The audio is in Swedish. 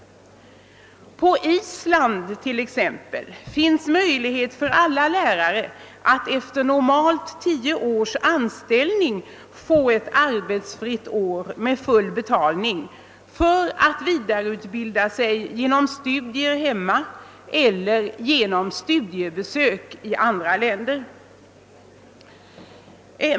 På Island finns möjlighet för alla lärare att efter normalt tio års anställning få ett arbetsfritt år med full betalning, för att vidareutbilda sig genom studier hemma eller genom studiebesök i i andra länder.